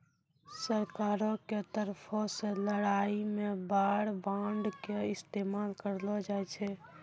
सरकारो के तरफो से लड़ाई मे वार बांड के इस्तेमाल करलो जाय छै